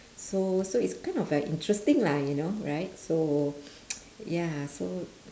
so so it's kind of like interesting lah you know right so ya so